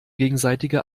gegenseitige